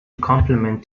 complement